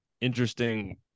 interesting